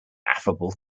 affable